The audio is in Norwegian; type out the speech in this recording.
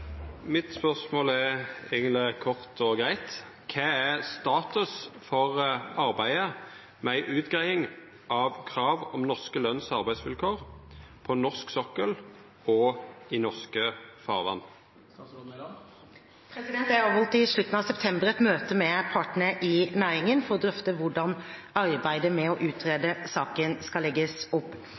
kort og greitt: «Kva er status for arbeidet med ei utgreiing av krav om norske løns- og arbeidsvilkår på norsk sokkel og i norske farvatn?» Jeg avholdt i slutten av september et møte med partene i næringen for å drøfte hvordan arbeidet med å utrede saken skal legges opp.